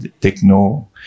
techno